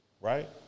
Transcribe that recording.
right